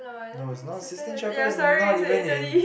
no is not Sistine-Chapel is not even in